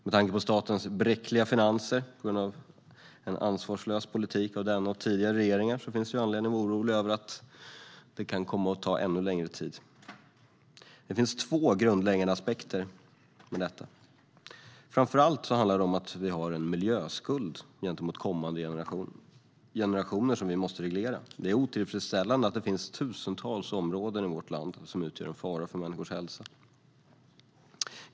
Med tanke på statens bräckliga finanser på grund av en ansvarslös politik av denna och tidigare regeringar finns det anledning att vara orolig för att det kommer att ta ännu längre tid. Det finns två grundläggande aspekter på detta. Framför allt handlar det om att vi har en miljöskuld till kommande generationer, som vi måste reglera. Det är otillfredsställande att det finns tusentals områden i vårt land som utgör en fara för människors hälsa.